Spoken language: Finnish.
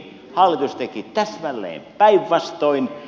hallitus teki täsmälleen päinvastoin